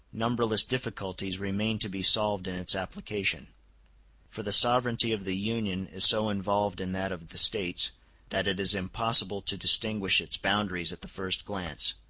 numberless difficulties remain to be solved in its application for the sovereignty of the union is so involved in that of the states that it is impossible to distinguish its boundaries at the first glance.